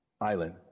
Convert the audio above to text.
island